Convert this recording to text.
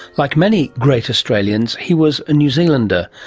like many great australians, he was a new zealander,